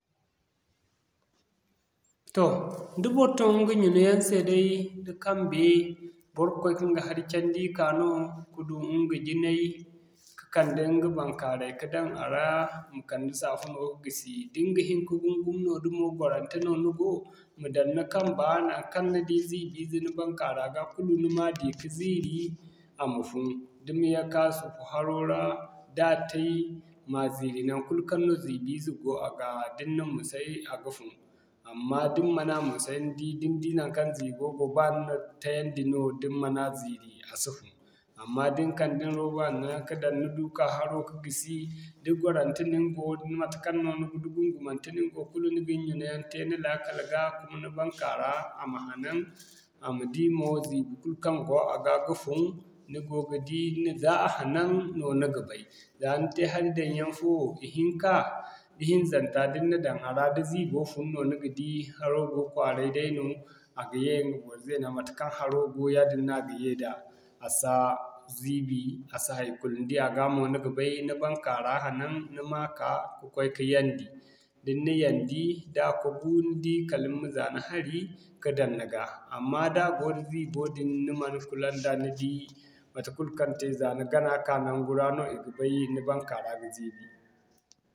Toh da bor tun ɲga ɲuna yaŋ se day da kambe, bor ga koy ka ɲga hari candi ka no ka du ɲga jinay ka'kande ɲga baŋkaaray ka daŋ a ra, ma kande safuno ka gisi. Da ni ga hin ka gungum no da mo gwarante no ni go ma daŋ ni kamba naŋkaŋ ni di ziibi ize ni baŋkaara ga kulu ni ma di ka ziiri, a ma fun. Da ma ye kan sufu haro ra, da a tay man ziiri naŋkulu kaŋ no ziibi ize go a ga da ni na musay a ga fun. Amma da ni mana musay ni di naŋkaŋ ziibo go ba ni na tayandi no, da ni ma na ziiri a si fun. Amma da ni kande ni rooba hanno yaŋ ka daŋ ni du ka'ka haro ka gisi da gwarante no nigo da matekaŋ niga da gungumante no ni go kulu ni ga ni ɲuna yaŋ te ni lakkal ga kuma ni baŋkaara a ma hanan, a ma di mo ziibi kulu kaŋ go a ga ga fun, ni go ga di ni za a hanan no ni ga bay. Za ni te hari daŋ yaŋ fo, ihinka ihinzanta da ni na daŋ a ra da ziibo fun, ni ga di haro go kwaarey daino a ga yee ɲga bor zeena matekaŋ haro go yaadin no a ga yee da a si ziibi, a si haikulu ni di a gaa hamo ni ga bay ni baŋkaara hanan ni ma ka ka'koy ka yandi. Ni di da ni na yandi, da koogu ni di kala ni ma za ni hari, ka daŋ ni ga amma da go da ziibo dini ni man kula nda ni di matekul kaŋ te za ni gana ka niŋgu ra no i ga bay ni baŋkaara ga ziibi.